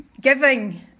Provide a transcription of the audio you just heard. Giving